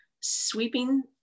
sweeping